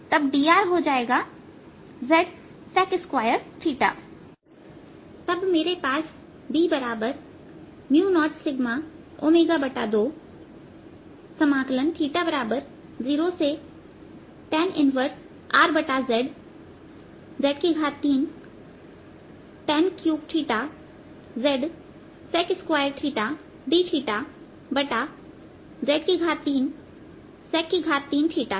तब dr हो जाएगा z sec2 तब मेरे पास B बराबर 0σω20tan 1Rz z3tan3 z sec2θdθz3 sec3यहां r3z3tan3रखा गया है